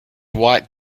white